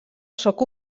sóc